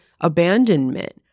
abandonment